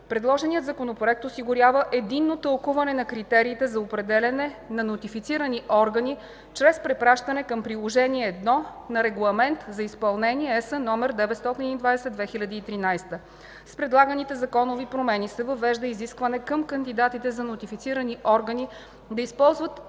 Предложеният законопроект осигурява единно тълкуване на критериите за определяне на нотифицирани органи чрез препращане към Приложение I на Регламент за изпълнение (ЕС) № 920/2013. С предлаганите законови промени се въвежда изискване към кандидатите за нотифицирани органи да използват